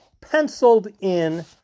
penciled-in